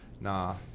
nah